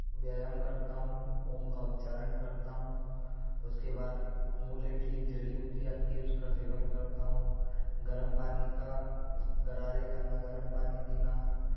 व्यायाम करता हूँ ओम का उच्चारण करता हूँ उसके बाद मुलेठी एक जड़ी बूटी आती है उसका सेवन करता हूँ गर्म पानी का ग़रारा करना गर्म पानी पीना